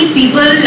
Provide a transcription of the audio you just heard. people